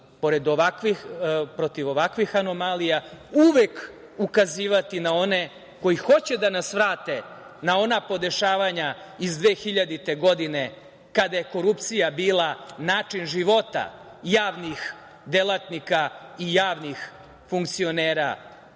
dizati glas protiv ovakvih anomalija, uvek ukazivati na one koji hoće da nas vrate na ona podešavanja iz 2000. godine kada je korupcija bila način života javnih delatnika i javnih funkcionera.